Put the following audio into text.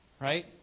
Right